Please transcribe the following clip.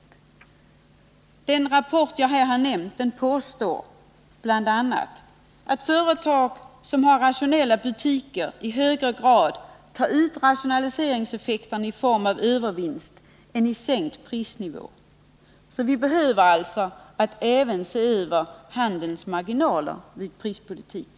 I den nämnda rapporten påstås bl.a. att företag som har rationella butiker i högre grad tar ut rationaliseringseffekten i form av övervinst än i form av sänkning av prisnivån. Vi behöver således i prispolitiken även se över handelsmarginaler.